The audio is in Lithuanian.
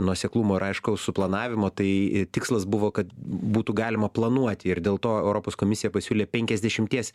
nuoseklumo ir aiškaus suplanavimo tai i tikslas buvo kad būtų galima planuoti ir dėl to europos komisija pasiūlė penkiasdešimties